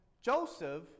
Joseph